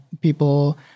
people